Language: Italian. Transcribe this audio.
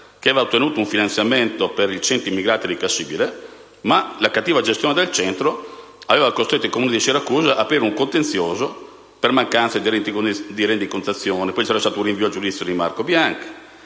che aveva ottenuto un finanziamento per il centro immigrati di Cassibile, ma la cattiva gestione del centro aveva costretto il Comune di Siracusa ad aprire un contenzioso per mancanza di rendicontazione. Poi c'era stato il rinvio a giudizio di Marco Bianca,